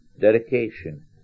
dedication